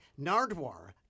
Nardwar